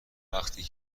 وقتی